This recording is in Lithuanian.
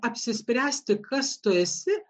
apsispręsti kas tu esi